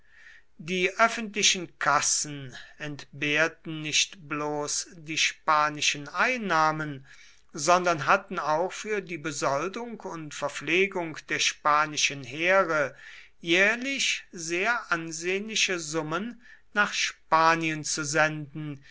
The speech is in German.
die öffentlichen kassen entbehrten nicht bloß die spanischen einnahmen sondern hatten auch für die besoldung und verpflegung der spanischen heere jährlich sehr ansehnliche summen nach spanien zu senden